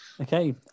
Okay